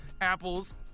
apples